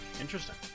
Interesting